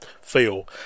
feel